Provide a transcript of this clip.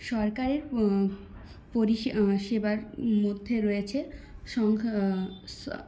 সরকারের পরিষেবার মধ্যে রয়েছে সংখ্যা